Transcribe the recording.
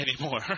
anymore